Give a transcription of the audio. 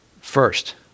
first